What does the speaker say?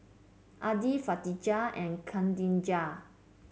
Adi Katijah and Khadija